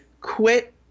quit